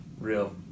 real